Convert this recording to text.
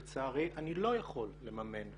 לצערי אני לא יכול לממן.